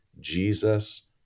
Jesus